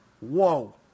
Whoa